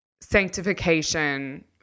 sanctification